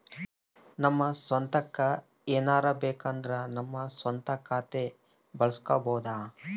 ನಮ್ಮ ಸ್ವಂತಕ್ಕ ಏನಾರಬೇಕಂದ್ರ ನಮ್ಮ ಸ್ವಂತ ಖಾತೆ ಬಳಸ್ಕೋಬೊದು